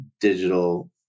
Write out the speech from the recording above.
digital